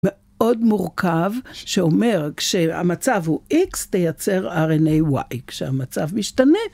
מאוד מורכב, שאומר כשהמצב הוא X תייצר RNA Y כשהמצב משתנה...